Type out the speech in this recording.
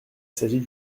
s’agit